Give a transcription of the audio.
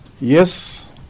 Yes